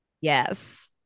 Yes